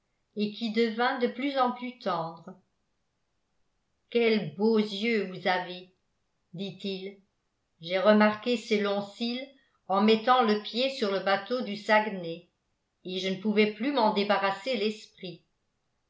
et qui devint de plus en plus tendre quels beaux yeux vous avez dit-il j'ai remarqué ces longs cils en mettant le pied sur le bateau du saguenay et je ne pouvais plus m'en débarrasser l'esprit